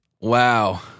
Wow